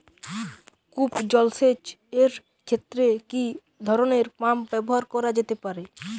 কূপ জলসেচ এর ক্ষেত্রে কি ধরনের পাম্প ব্যবহার করা যেতে পারে?